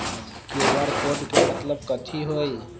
QR code के मतलब कथी होई?